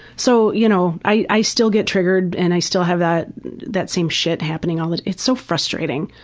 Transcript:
so you know i i still get triggered and i still have that that same shit happening all the it's so frustrating.